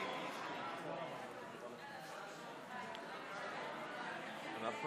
אנחנו